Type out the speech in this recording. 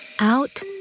Out